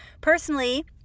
Personally